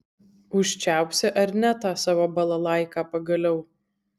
užčiaupsi ar ne tą savo balalaiką pagaliau